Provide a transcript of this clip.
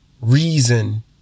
reason